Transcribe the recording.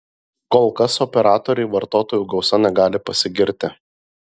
kol kas operatoriai vartotojų gausa negali pasigirti